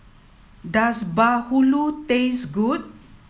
does Bahulu taste good